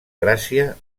gràcia